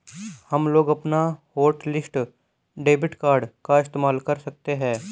हमलोग अपना hotlist debit card का इस्तेमाल कर सकते हैं